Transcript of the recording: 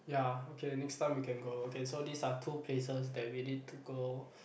ya okay next time we can go okay so this are two places that we need to go